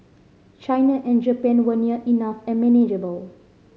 China and Japan were near enough and manageable